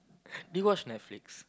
do you watch Netflix